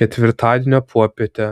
ketvirtadienio popietę